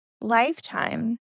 lifetime